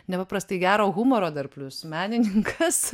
nepaprastai gero humoro dar plius menininkas